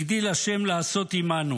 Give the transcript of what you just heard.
הגדיל ה' לעשות עמנו"